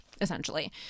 essentially